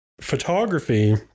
photography